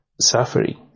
suffering